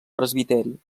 presbiteri